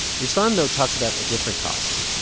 ruslan, though, talks about a different cost.